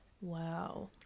Wow